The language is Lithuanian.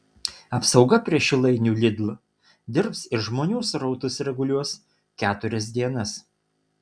apsauga prie šilainių lidl dirbs ir žmonių srautus reguliuos keturias dienas